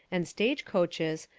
and stage coaches,